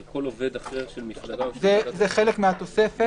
על כל עובד אחר של מפלגה --- זה חלק מהתוספת.